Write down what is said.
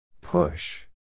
Push